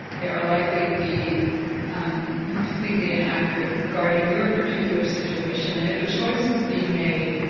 they are likely to be um completely inaccurate regarding your particular situation. and if a choice is being made,